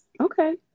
Okay